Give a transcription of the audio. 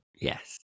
Yes